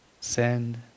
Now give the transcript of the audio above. Send